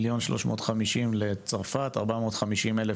1,350,000 לצרפת, 450,000